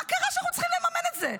מה קרה שאנחנו צריכים לממן את זה?